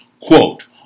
Quote